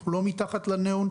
אנחנו לא מתחת לניאון,